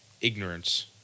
Ignorance